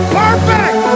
perfect